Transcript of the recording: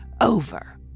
Over